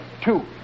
two